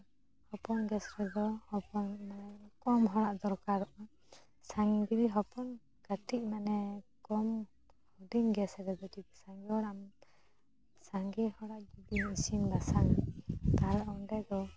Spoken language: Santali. ᱦᱚᱯᱚᱱ ᱜᱮᱥ ᱨᱮᱫᱚ ᱦᱚᱯᱚᱱ ᱢᱟᱱᱮ ᱦᱚᱯᱚᱱ ᱦᱚᱸ ᱫᱚᱨᱠᱟᱨᱚᱜᱼᱟ ᱥᱟᱺᱜᱤᱧ ᱨᱮᱱ ᱦᱚᱯᱚᱱ ᱠᱟᱹᱴᱤᱡ ᱢᱟᱱᱮ ᱠᱚᱹᱢ ᱦᱩᱰᱤᱧ ᱜᱮᱥ ᱨᱮᱫᱚ ᱡᱩᱫᱤ ᱥᱟᱸᱜᱮ ᱦᱚᱲᱟᱜ ᱮᱢ ᱥᱟᱸᱜᱮ ᱦᱚᱲᱟᱜ ᱡᱩᱫᱤᱢ ᱤᱥᱤᱱ ᱵᱟᱥᱟᱝᱼᱟ ᱛᱟᱦᱚᱞᱮ ᱚᱸᱰᱮ ᱫᱚ